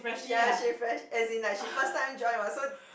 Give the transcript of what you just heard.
ya she fresh as in like she first time join what so